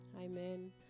Amen